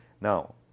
Now